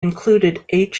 included